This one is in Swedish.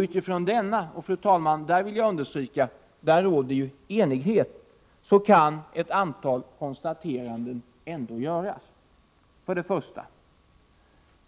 Utifrån denna, som — det vill jag understryka — det råder enighet om, kan ett antal konstateranden göras. 1.